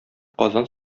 казан